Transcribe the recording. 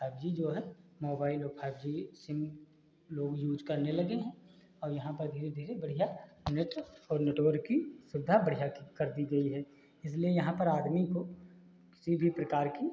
five G जो है mobile और फाइव जी सिम लोग यूज करने लगे हैं और यहाँ पर धीरे धीरे बढ़िया नेट और नेटवर्क की सुविधा बढ़िया ठीक कर दी गई है इसलिए यहाँ पर आदमी को किसी भी प्रकार की